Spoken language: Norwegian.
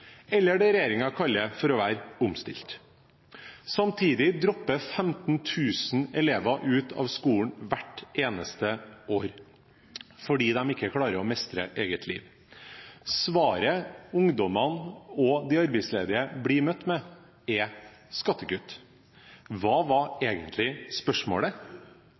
eller det regjeringen kaller å være omstilt. Samtidig dropper 15 000 elever ut av skolen hvert eneste år, fordi de ikke klarer å mestre eget liv. Svaret ungdommene og de arbeidsledige blir møtt med, er skattekutt. Hva var egentlig spørsmålet?